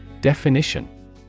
Definition